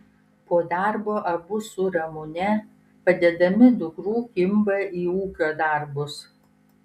po darbo abu su ramune padedami dukrų kimba į ūkio darbus